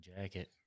jacket